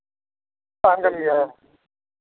ᱛᱟᱦᱮᱸᱱ ᱠᱟᱱ ᱜᱮᱭᱟ